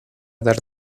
dar